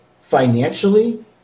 financially